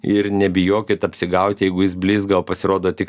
ir nebijokit apsigaut jeigu jis blizga o pasirodo tik